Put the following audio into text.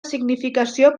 significació